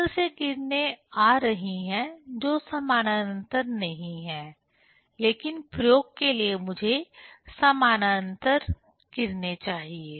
स्रोत से किरणें आ रही हैं जो समानांतर नहीं हैं लेकिन प्रयोग के लिए मुझे समानांतर किरणें चाहिए